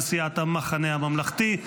של סיעת המחנה הממלכתי.